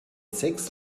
sechs